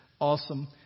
Awesome